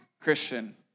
Christian